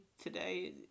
today